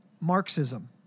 Marxism